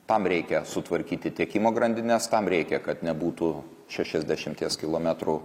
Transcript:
tam reikia sutvarkyti tiekimo grandines tam reikia kad nebūtų šešiasdešimties kilometrų